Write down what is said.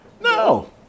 No